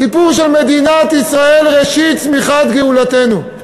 הסיפור של מדינת ישראל, ראשית צמיחת גאולתנו.